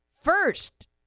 first